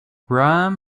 graham